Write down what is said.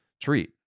treat